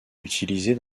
utilisés